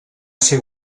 ser